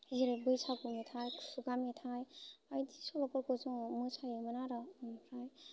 जेरै बैसागु मेथाइ खुगा मेथाइ बायदि सल'फोरखौ जों मोसायोमोन आरो ओमफ्राय